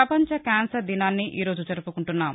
ప్రపంచ కాన్సర్ దినాన్ని ఈరోజు జరుపుకుంటున్నాం